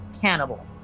cannibal